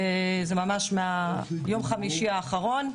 זה ממש מיום חמישי האחרון.